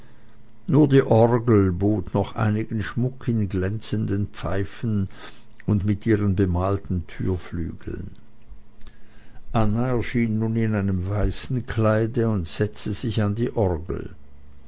nur die orgel bot noch einigen schmuck in glänzenden pfeifen und mit ihren bemalten türflügeln anna erschien nun in einem weißen kleide und setzte sich an die orgel